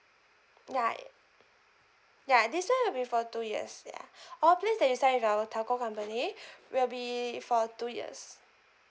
ya ya this one will be for two years ya all plans that you sign with our telco company will be for two years